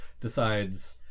decides